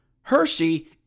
Hershey